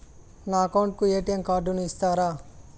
నా అకౌంట్ కు ఎ.టి.ఎం కార్డును ఇస్తారా